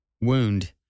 wound